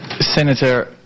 Senator